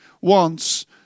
wants